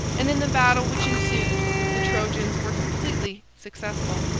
and in the battle which ensued the trojans were completely successful.